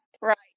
Right